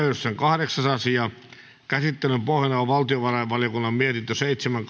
kahdeksas asia käsittelyn pohjana on valtiovarainvaliokunnan mietintö seitsemän